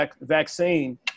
vaccine